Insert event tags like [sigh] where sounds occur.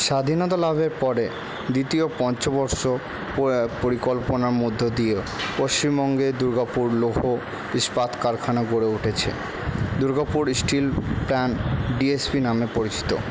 স্বাধীনতা লাভের পরে দ্বিতীয় পঞ্চবর্ষ [unintelligible] পরিকল্পনার মধ্য দিয়েও পশ্চিমবঙ্গে দুর্গাপুর লৌহ ইস্পাত কারখানা গড়ে উঠেছে দুর্গাপুর স্টিল প্ল্যান ডিএসপি নামে পরিচিত